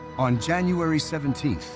on january seventeen,